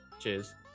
cheers